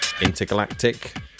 intergalactic